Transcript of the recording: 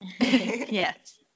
Yes